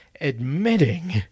admitting